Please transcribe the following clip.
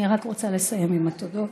אני רק רוצה לסיים עם התודות.